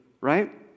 right